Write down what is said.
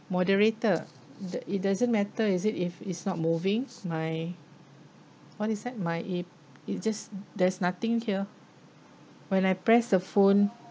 moderator the it doesn't matter is it if it's not moving my what is that my ap~ it just there's nothing here when I press the phone